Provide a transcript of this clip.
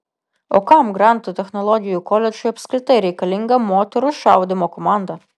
o kam granto technologijų koledžui apskritai reikalinga moterų šaudymo komanda